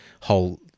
whole